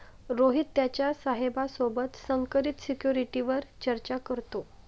रोहित त्याच्या साहेबा सोबत संकरित सिक्युरिटीवर चर्चा करतो